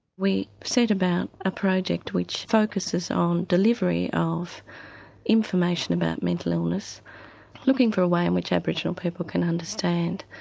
we set about a project which focuses on delivery of information about mental illness looking for a way in which aboriginal people can understand.